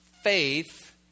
faith